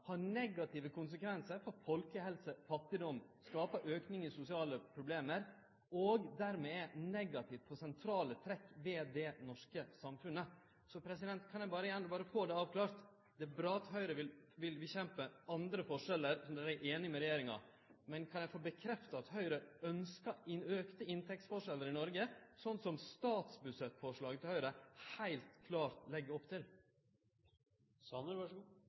har negative konsekvensar for folkehelse og fattigdom. Det skaper ein auke i sosiale problem og er dermed negativt for sentrale trekk ved det norske samfunnet. Kan eg berre få det avklart: Det er bra at Høgre vil kjempe mot andre forskjellar der dei er einige med regjeringa, men kan eg få bekrefta at Høgre ønskjer auka inntektsforskjellar i Noreg, som statsbudsjettforslaget til Høgre heilt klart legg opp